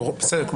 בסדר.